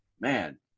man